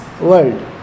world